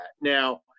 Now